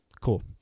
cool